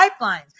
pipelines